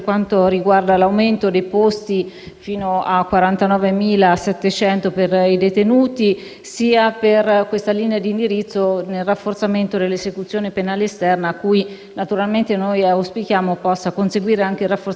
fino a 49.701 per i detenuti, sia per questa linea di indirizzo nel rafforzamento dell'esecuzione penale esterna, cui naturalmente auspichiamo possa conseguire anche il rafforzamento degli uffici per l'esecuzione esterna,